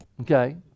Okay